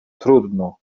trudno